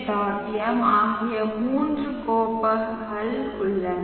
m ஆகிய மூன்று கோப்புகள் உள்ளன